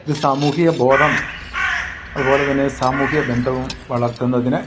ഒരു സാമൂഹിക ബോധം അതുപോലെ തന്നെ സാമൂഹ്യ ബന്ധവും വളർത്തുന്നതിന്